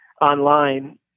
online